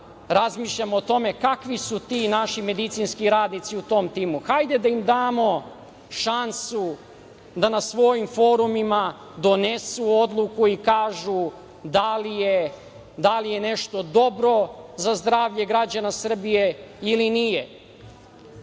razmišljamo o tome kakvi su ti naši medicinski radnici u tom timu. Hajde da im damo šansu da na svojim forumima donesu odluku i kažu da li je nešto dobro zdravlje građana Srbije ili nije.